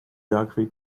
geography